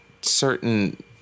certain